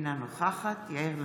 אינה נוכחת יאיר לפיד,